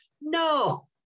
No